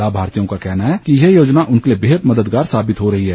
लाभार्थियों का कहना है कि यह योजना उनके लिए बेहद मददगार साबित हो रही है